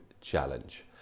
challenge